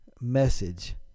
message